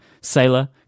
sailor